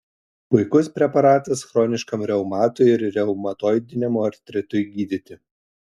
puikus preparatas chroniškam reumatui ir reumatoidiniam artritui gydyti